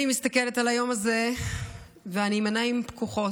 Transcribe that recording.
אני מסתכלת על היום הזה ואני עם עיניים פקוחות,